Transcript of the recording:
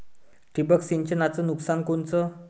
ठिबक सिंचनचं नुकसान कोनचं?